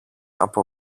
από